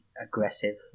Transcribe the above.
aggressive